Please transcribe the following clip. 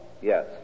Yes